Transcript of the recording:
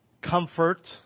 comfort